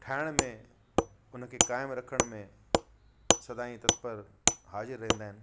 ठाहिण में उनखे कायमु रखण में सदाईं तत्पर हाजिर रहंदा आहिनि